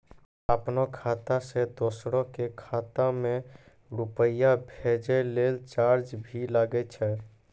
आपनों खाता सें दोसरो के खाता मे रुपैया भेजै लेल चार्ज भी लागै छै?